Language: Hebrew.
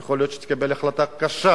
יכול להיות שהיא תקבל החלטה קשה,